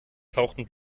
tauchten